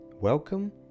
Welcome